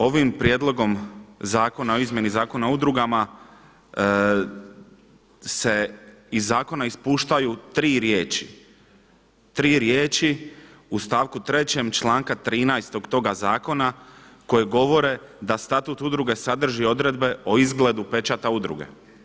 Ovim Prijedlogom zakona o izmjeni Zakona o udrugama se iz zakona ispuštaju tri riječi, tri riječi: u stavku trećem članka 13. toga zakona koji govore da Statut udruge sadrži odredbe o izgledu pečata udruge.